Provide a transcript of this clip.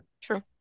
True